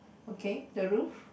okay the roof